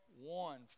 one